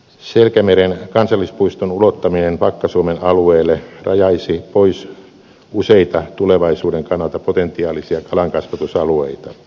selkämeren kansallispuiston ulottaminen vakka suomen alueelle rajaisi pois useita tulevaisuuden kannalta potentiaalisia kalankasvatusalueita